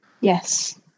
Yes